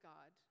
God